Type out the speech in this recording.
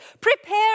prepare